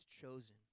chosen